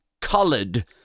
colored